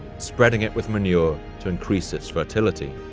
spreading it with manure to increase its fertility.